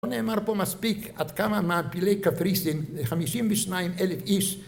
בוא נאמר פה מספיק, עד כמה מעפילי קפריסין? 52 אלף איש.